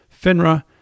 FINRA